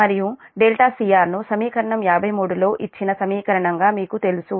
మరియు cr నుసమీకరణం 53 లో ఇచ్చిన సమీకరణంగా మీకు తెలుసు